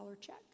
check